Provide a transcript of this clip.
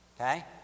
Okay